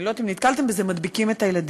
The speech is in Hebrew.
אני לא יודעת אם נתקלתם בזה, מדביקים את הילדים.